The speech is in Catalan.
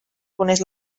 coneix